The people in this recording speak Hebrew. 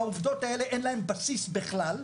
העובדות האלה, אין להן בסיס בכלל.